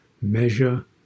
measure